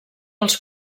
els